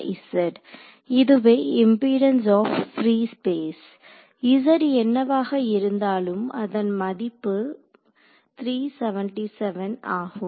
இதுவே impedance of free space z என்னவாக இருந்தாலும் அதன் மதிப்பு 377 ஆகும்